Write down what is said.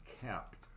kept